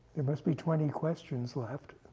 there must be twenty questions left.